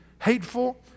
hateful